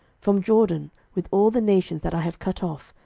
from jordan, with all the nations that i have cut off,